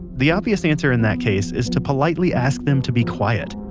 the obvious answer in that case is to politely ask them to be quiet.